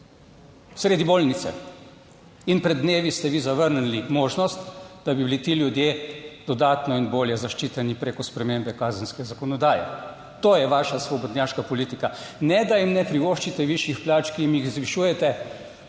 sredi bolnice in pred dnevi ste vi zavrnili možnost, da bi bili ti ljudje dodatno in bolje zaščiteni preko spremembe kazenske zakonodaje. To je vaša svobodnjaška politika. Ne da jim ne privoščite višjih plač, ki jim jih zvišujete,